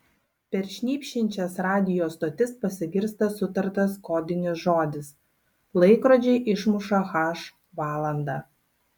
per šnypščiančias radijo stotis pasigirsta sutartas kodinis žodis laikrodžiai išmuša h valandą